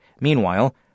Meanwhile